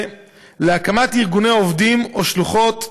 על הקמת ארגוני עובדים או שלוחות,